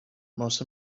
most